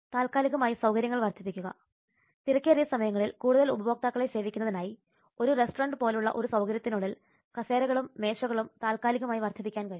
താൽക്കാലികമായി സൌകര്യങ്ങൾ വർദ്ധിപ്പിക്കുക തിരക്കേറിയ സമയങ്ങളിൽ കൂടുതൽ ഉപഭോക്താക്കളെ സേവിക്കുന്നതിനായി ഒരു റെസ്റ്റോറന്റ് പോലുള്ള ഒരു സൌകര്യത്തിനുള്ളിൽ കസേരകളും മേശകളും താൽക്കാലികമായി വർദ്ധിപ്പിക്കാൻ കഴിയും